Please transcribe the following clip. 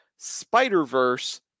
Spider-Verse